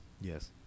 yes